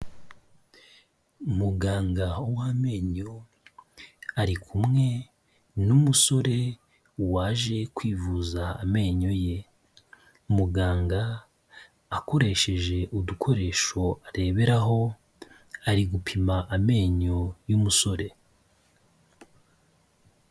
Muganga w'amenyo ari kumwe n'umusore waje kwivuza amenyo ye, muganga akoresheje udukoresho areberaho ari gupima amenyo y'umusore.